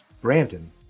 Brandon